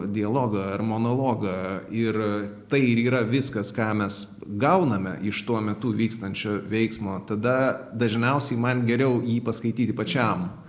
dialogą ar monologą ir tai ir yra viskas ką mes gauname iš tuo metu vykstančio veiksmo tada dažniausiai man geriau jį paskaityti pačiam